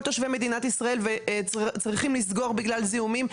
אזרחי מדינת ישראל וצריכים לסגור בגלל זיהומים,